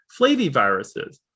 flaviviruses